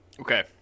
Okay